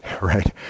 right